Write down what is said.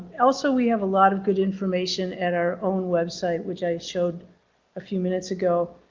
also we have a lot of good information at our own website which i showed a few minutes ago.